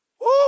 Woo